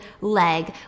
leg